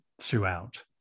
throughout